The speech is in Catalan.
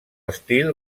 estil